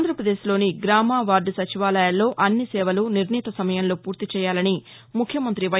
ఆంధ్రప్రదేశ్లోని గ్రామ వార్దు సచివాలయాల్లో అన్ని సేవలు నిర్ణీత సమయంలో పూర్తి చేయాలని ముఖ్యమంతి వై